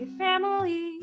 family